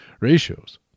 ratios